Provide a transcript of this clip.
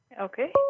Okay